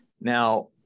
Now